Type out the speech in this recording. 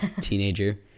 teenager